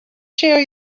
share